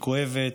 כואבת,